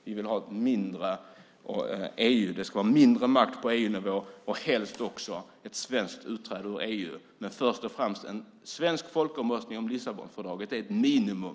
Vi vill ha mindre makt på EU-nivå och helst också ett svenskt utträde ur EU, men först och främst en svensk folkomröstning om Lissabonfördraget. Det är ett minimum.